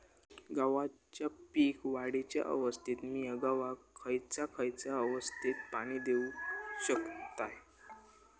गव्हाच्या पीक वाढीच्या अवस्थेत मिया गव्हाक खैयचा खैयचा अवस्थेत पाणी देउक शकताव?